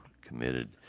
committed